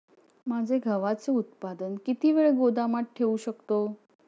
माझे गव्हाचे उत्पादन किती वेळ गोदामात ठेवू शकतो?